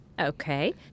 Okay